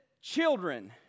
children